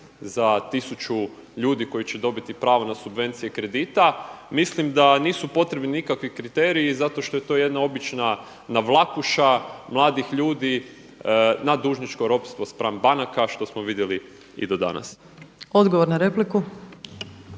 za 1000 ljudi koji će dobiti pravo na subvencije kredita. Mislim da nisu potrebni nikakvi kriteriji, zato što je to jedna obična navlakuša mladih ljudi na dužničko ropstvo spram banaka što smo vidjeli i do danas. **Opačić,